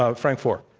ah frank foer.